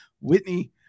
Whitney